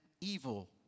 evil